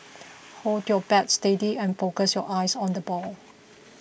hold your bat steady and focus your eyes on the ball